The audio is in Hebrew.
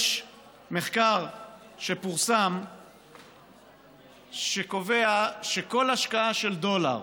יש מחקר שפורסם שקובע שכל השקעה של דולר